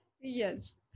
Yes